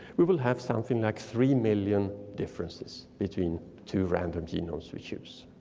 we will have something like three million differences between two random genomes we choose.